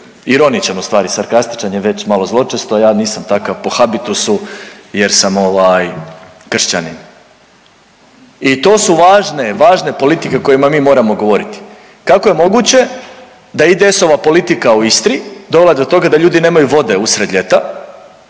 ironičan, ustvari, sarkastičan je već malo zločesto, ja nisam takav po habitusu jer sam ovaj, kršćanin. I to su važne, važne politike o kojima mi moramo govoriti. Kako je moguće da IDS-ova politika u Istri dovela do toga da ljudi nemaju vode usred ljeta,